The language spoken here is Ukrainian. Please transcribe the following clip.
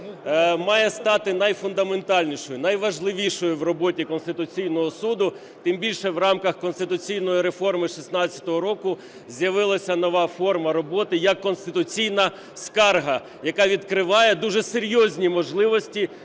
має стати найфундаментальнішою, найважливішою в роботі Конституційного Суду, тим більше в рамках конституційної реформи 16-го року з'явилася нова форма роботи, як конституційна скарга, яка відкриває дуже серйозні можливості